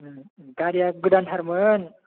गारिया गोदान थारमोन